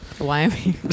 Wyoming